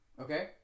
Okay